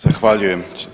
Zahvaljujem.